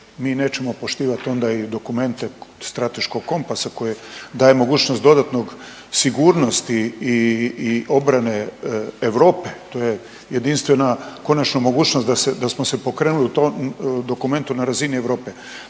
Mi nećemo poštivati onda i dokumente Strateškog kompasa koji daje mogućnost dodatne sigurnosti i obrane Europe. To je jedinstvena konačno mogućnost da smo se pokrenuli u tom dokumentu na razini Europe,